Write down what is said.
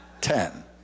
Ten